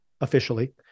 officially